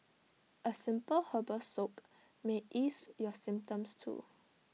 A simple herbal soak may ease your symptoms too